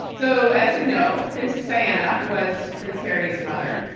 so, as you know, princess diana was prince harry's mother.